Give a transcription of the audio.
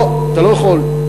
לא, אתה לא יכול.